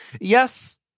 Yes